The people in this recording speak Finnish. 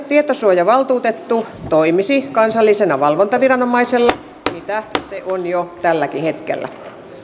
tietosuojavaltuutettu toimisi kansallisena valvontaviranomaisena mitä se on jo tälläkin hetkellä